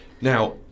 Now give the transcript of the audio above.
now